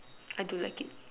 I do like it